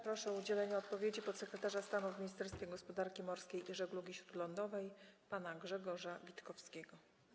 Proszę o udzielenie odpowiedzi podsekretarza stanu w Ministerstwie Gospodarki Morskiej i Żeglugi Śródlądowej pana Grzegorza Witkowskiego.